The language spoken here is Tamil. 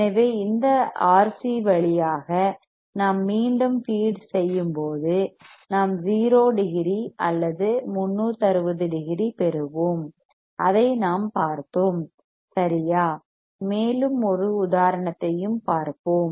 எனவே இந்த RC வழியாக நாம் மீண்டும் ஃபீட் செய்யும்போது நாம் 0 டிகிரி அல்லது 360 டிகிரி பெறுவோம் அதை நாம் பார்த்தோம் சரியா மேலும் ஒரு உதாரணத்தையும் பார்த்தோம்